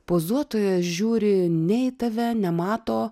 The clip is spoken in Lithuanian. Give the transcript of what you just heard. pozuotojos žiūri ne į tave nemato